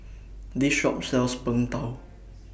This Shop sells Png Tao